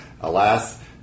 alas